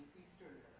eastern